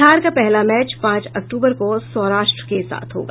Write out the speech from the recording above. बिहार का पहला मैच पांच अक्टूबर को सौराष्ट्र के साथ होगा